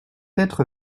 être